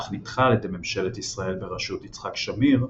אך נדחה על ידי ממשלת ישראל בראשות יצחק שמיר,